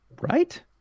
Right